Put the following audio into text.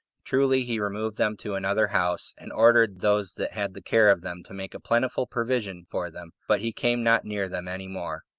truly he removed them to another house, and ordered those that had the care of them to make a plentiful provision for them, but he came not near them any more.